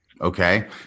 Okay